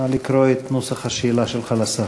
נא לקרוא את נוסח השאלה שלך לשר.